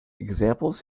examples